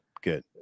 Good